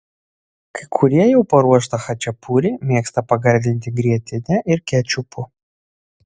kai kurie jau paruoštą chačapuri mėgsta pagardinti grietine ir kečupu